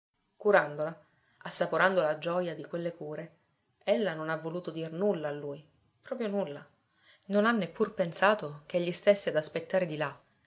curandola assaporando la gioia di quelle cure ella non ha voluto dir nulla a lui proprio nulla non ha neppur pensato ch'egli stesse ad aspettare di là